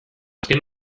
azken